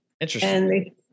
Interesting